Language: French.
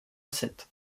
sept